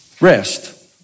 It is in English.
rest